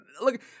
Look